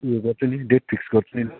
ए गर्छु नि date fix गर्छु नि ल